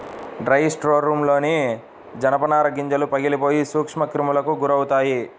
dry స్టోర్రూమ్లోని జనపనార గింజలు పగిలిపోయి సూక్ష్మక్రిములకు గురవుతాయి